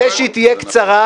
כדי שהיא תהיה קצרה,